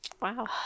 Wow